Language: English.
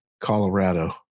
Colorado